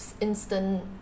instant